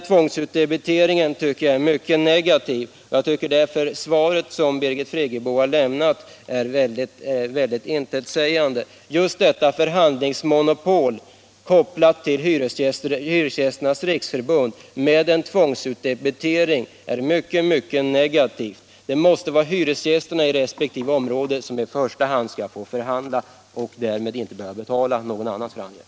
Tvångsutdebiteringen är, enligt min mening, en mycket negativ sak, och jag finner Birgit Friggebos svar mycket intetsägande. Just detta förhandlingsmonopol, kopplat till Hyresgästernas riksförbund, med tvångsutdebitering är någonting synnerligen negativt. Det måste vara hyresgästerna i resp. område som i första hand skall få förhandla och därmed inte behöva betala andras förhandlingar.